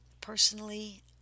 Personally